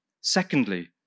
Secondly